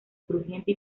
crujiente